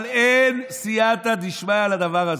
אבל אין סייעתא שמיא לדבר הזה.